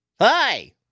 Hi